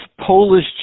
Polish